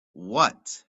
what